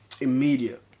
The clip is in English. immediate